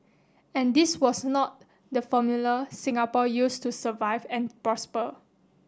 and this was not the formula Singapore used to survive and prosper